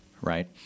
right